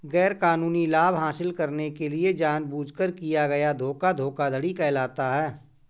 गैरकानूनी लाभ हासिल करने के लिए जानबूझकर किया गया धोखा धोखाधड़ी कहलाता है